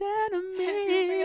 enemy